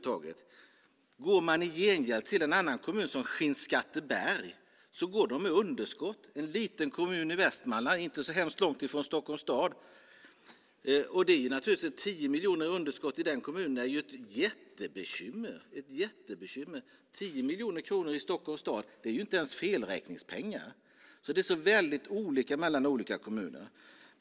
Tittar man i stället på en annan kommun som exempelvis Skinnskatteberg ser man att de går med underskott. Det är en liten kommun i Västmanland inte så hemskt långt från Stockholms stad. 10 miljoner i underskott i den kommunen är ett jättebekymmer. 10 miljoner kronor i Stockholms stad är inte ens felräkningspengar! Det är alltså väldigt olika mellan olika kommuner.